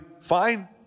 fine